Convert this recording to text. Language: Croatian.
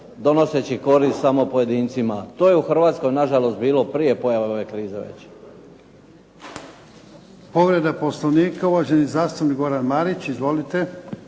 donoseći korist samo pojedincima. To je u Hrvatskoj na ćalost bilo prije pojave ove krize već. **Jarnjak, Ivan (HDZ)** Povreda Poslovnika uvaženi zastupnik Goran Marić. Izvolite.